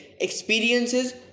experiences